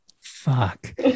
Fuck